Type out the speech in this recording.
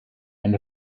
and